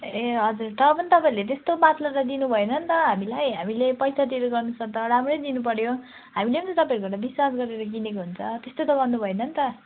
ए हजुर तर पनि तपाईँहरूले त्यस्तो पतला त दिनु भएन नि त हामीलाई हामीले पैसा तिरेको अनुसार त राम्रै दिनुपऱ्यो हामीले पनि तपाईँहरूको विश्वास गरेर किनेको हुन्छ त्यस्तो त गर्नु भएन नि त